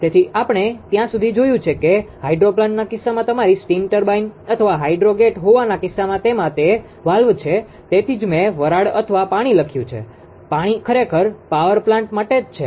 તેથી આપણે ત્યાં સુધી જોયું છે કે હાઈડ્રો પ્લાન્ટના કિસ્સામાં તમારી સ્ટીમ ટર્બાઇન અથવા હાઇડ્રો ગેટ હોવાના કિસ્સામાં તેમાં તે વાલ્વ છે તેથી જ મેં વરાળ અથવા પાણી લખ્યું છે પાણી ખરેખર પાવર પ્લાન્ટ માટે જ છે